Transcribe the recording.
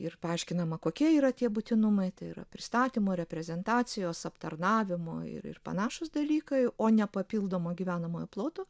ir paaiškinama kokie yra tie būtinumai tai yra pristatymo reprezentacijos aptarnavimo ir ir panašūs dalykai o ne papildomo gyvenamojo ploto